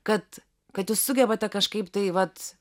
kad kad jūs sugebate kažkaip tai vat